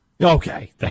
Okay